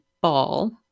ball